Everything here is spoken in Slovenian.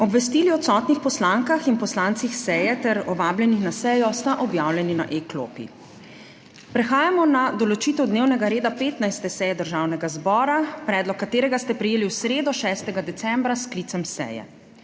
Obvestili o odsotnih poslankah in poslancih seje ter o vabljenih na sejo sta objavljeni na e-klopi. Prehajamo na **določitev dnevnega reda** 15. seje Državnega zbora, predlog katerega ste prejeli v sredo, 6. decembra, s sklicem seje.